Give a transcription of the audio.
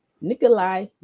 Nikolai